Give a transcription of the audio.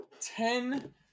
Ten